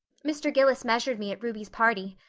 mr. gillis measured me at ruby's party.